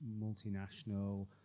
multinational